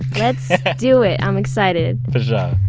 let's do it. i'm excited fasho